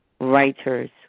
writers